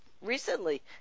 recently